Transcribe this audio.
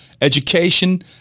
Education